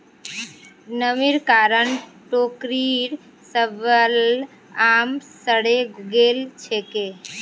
नमीर कारण टोकरीर सबला आम सड़े गेल छेक